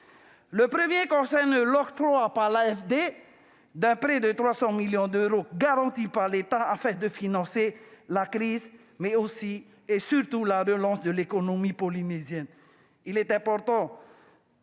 de développement (AFD) d'un prêt de 300 millions d'euros garanti par l'État afin de financer la crise, mais aussi, et surtout, la relance de l'économie polynésienne. Il est important